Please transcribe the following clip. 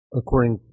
according